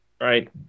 right